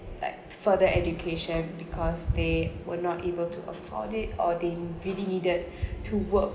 like further education because they were not able to afford it or they really needed to work